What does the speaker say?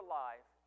life